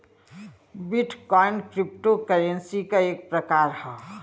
bit coin crypto currency क एक प्रकार हौ